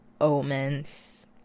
Omens